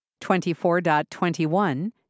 24.21